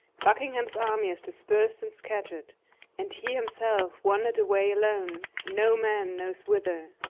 buckingham's army is dispers'd and scatter'd and he himself wander'd away alone, no man knows whither.